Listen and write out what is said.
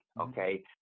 Okay